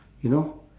you know